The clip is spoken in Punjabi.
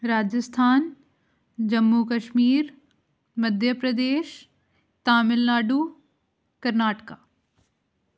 ਰਾਜਸਥਾਨ ਜੰਮੂ ਕਸ਼ਮੀਰ ਮੱਧਿਆ ਪ੍ਰਦੇਸ਼ ਤਾਮਿਲਨਾਡੂ ਕਰਨਾਟਕਾ